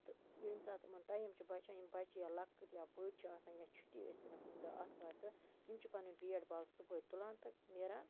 تہٕ ییٚمہِ ساتہٕ یِمَن ٹایم چھُ بَچان یِم بَچہِ یا لۄکٕٹۍ یا بٔڑۍ چھِ آسان یا چھُٹی ٲستَنَکھ کُنہِ دۄہہ آتھوارِ دۄہہ یِم چھِ پَنن بیٹ بال صُبحٲے تُلان تہٕ نیران